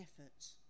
efforts